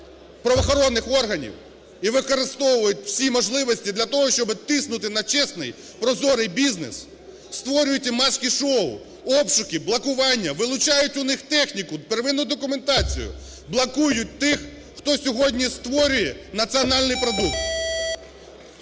правоохоронних органів і використовують всі можливості для того, щоб тиснути на чесний, прозорий бізнес, створюють ті маски-шоу, обшуки, блокування, вилучають у них техніку, первинну документацію, блокують тих, хто сьогодні створює національний продукт.